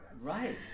Right